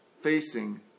facing